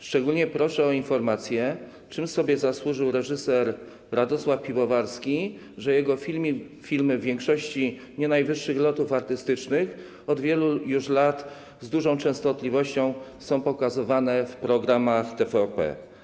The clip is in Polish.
Szczególnie proszę o informację, czym sobie zasłużył reżyser Radosław Piwowarski, że jego filmy, w większości nie najwyższych lotów artystycznych, od wielu już lat z dużą częstotliwością są pokazywane w programach TVP.